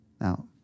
Now